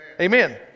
Amen